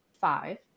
five